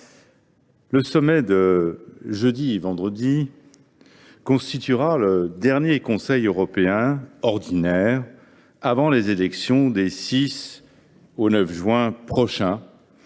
le sommet de jeudi et de vendredi constituera le dernier Conseil européen « ordinaire » avant les élections des 6 au 9 juin, qui